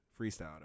freestyle